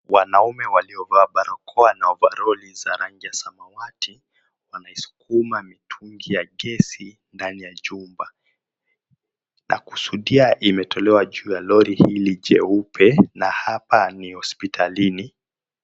Wanaume waliovaa barakoa na overall za rangi ya samawati wanaisukuma mitungi ya gesi ndani ya jumba. Nakusudia imetolewa juu ya lori hili jeupe na hapa ni hospitalini.